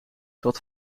dat